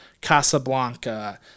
Casablanca